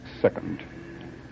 second